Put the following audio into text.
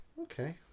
Okay